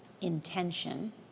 intention